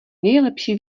nejlepší